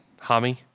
Hami